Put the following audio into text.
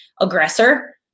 Aggressor